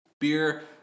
beer